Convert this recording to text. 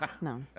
No